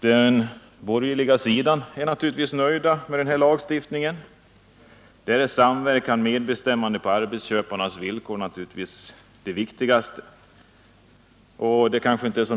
Den borgerliga sidan är naturligtvis nöjd med denna lagstiftning. Där är samverkan och medbestämmande på arbetsköparnas villkor naturligtvis det viktigaste.